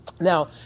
Now